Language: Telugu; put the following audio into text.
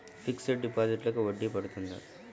ఫిక్సడ్ డిపాజిట్లకు వడ్డీ పడుతుందా?